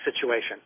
situation